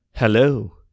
Hello